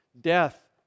Death